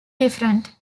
different